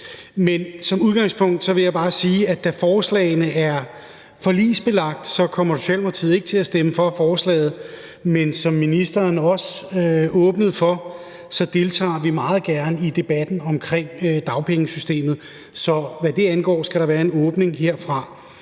Men som udgangspunkt vil jeg bare sige, at da forslaget er forligsbelagt, kommer Socialdemokratiet ikke til at stemme for det, men som ministeren også åbnede for, deltager vi meget gerne i debatten omkring dagpengesystemet. Så hvad det angår skal der være en åbning herfra.